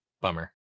Bummer